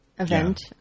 event